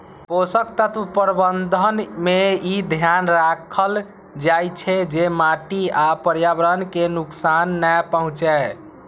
पोषक तत्व प्रबंधन मे ई ध्यान राखल जाइ छै, जे माटि आ पर्यावरण कें नुकसान नै पहुंचै